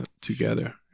together